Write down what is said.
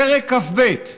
פרק כ"ב: